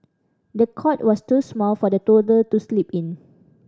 the cot was too small for the toddler to sleep in